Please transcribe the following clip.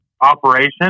operation